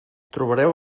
trobareu